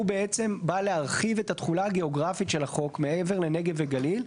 הוא בעצם בא להרחיב את התחולה הגיאוגרפית של החוק מעבר לנגב וגליל.